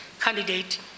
candidate